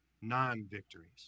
non-victories